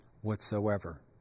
whatsoever